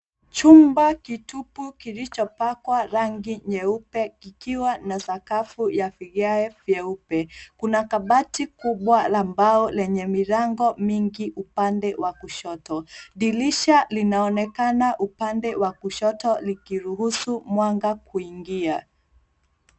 Chumba kitupu kilichopakwa rangi nyeupe kikiwa na sakafu ya vigae vyeupe. Kuna kabati kubwa la mbao lenye milango mingi upande wa kushoto. Dirisha linaonekana upande wa kushoto likiruhusu mwanga kuingia.